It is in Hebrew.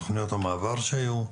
תוכניות המעבר שהיו,